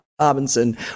Robinson